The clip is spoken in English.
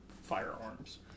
firearms